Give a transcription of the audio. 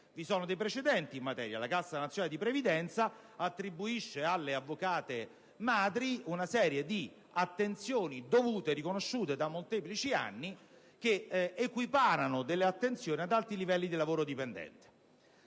vi sono precedenti in materia: la Cassa nazionale di previdenza attribuisce alle avvocate madri una serie di attenzioni, dovute e riconosciute da molteplici anni, equiparate a quelle di alti livelli di lavoro dipendente)